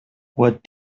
what